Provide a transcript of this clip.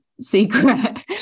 secret